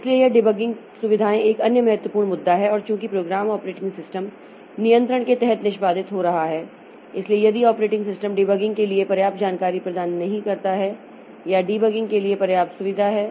इसलिए यह डिबगिंग सुविधाएं एक अन्य महत्वपूर्ण मुद्दा है और चूंकि प्रोग्राम ऑपरेटिंग सिस्टम नियंत्रण के तहत निष्पादित हो रहा है इसलिए यदि ऑपरेटिंग सिस्टम डिबगिंग के लिए पर्याप्त जानकारी प्रदान नहीं करता है या डीबगिंग के लिए पर्याप्त सुविधा है